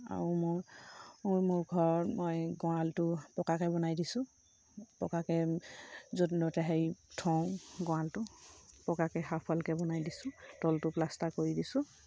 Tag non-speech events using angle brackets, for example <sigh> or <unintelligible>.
আৰু মোৰ মোৰ ঘৰত মই গঁৰালটোও পকাকৈ বনাই দিছোঁ পকাকৈ য'ত <unintelligible> হেৰি থওঁ গঁৰালটো পকাকৈ হাফ ওৱালকৈ বনাই দিছোঁ তলটো প্লাষ্টাৰ কৰি দিছোঁ